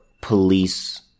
police